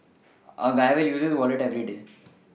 a guy will use his Wallet everyday